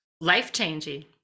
Life-changing